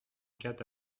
quatre